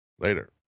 Later